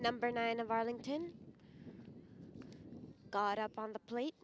number nine of arlington got up on the plate